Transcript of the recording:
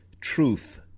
truth